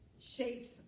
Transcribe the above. shapes